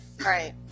Right